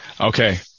Okay